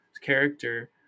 character